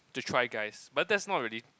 the try guys but that's not really